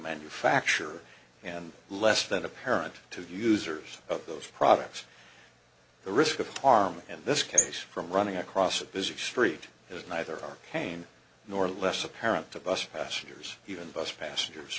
manufacturer and less than apparent to users of those products the risk of harm in this case from running across a busy street is neither our pain nor less apparent to bus passengers even bus passengers